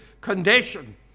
condition